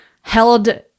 held